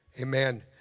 Amen